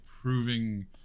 proving